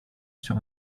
sur